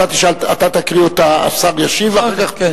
אתה תקריא אותה, השר ישיב, ואחר כך, אחר כך, כן.